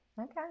Okay